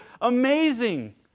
amazing